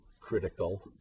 critical